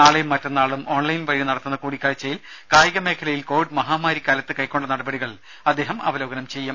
നാളെയും മറ്റന്നാളും ഓൺലൈൻ വഴി നടത്തുന്ന കൂടിക്കാഴ്ചയിൽ കായിക മേഖലയിൽ കോവിഡ് മഹാമാരിക്കാലത്ത് കൈക്കൊണ്ട നടപടികൾ അദ്ദേഹം അവലോകനം ചെയ്യും